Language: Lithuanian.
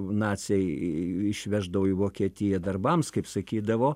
naciai išveždavo į vokietiją darbams kaip sakydavo